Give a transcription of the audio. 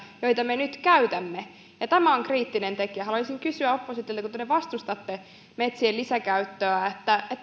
joita me nyt käytämme ja tämä on kriittinen tekijä haluaisin kysyä oppositiolta kun te vastustatte metsien lisäkäyttöä